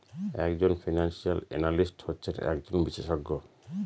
এক জন financial analyst হচ্ছেন একজন বিশেষজ্ঞ